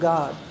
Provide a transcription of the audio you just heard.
God